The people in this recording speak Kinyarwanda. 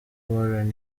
warren